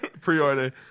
Pre-order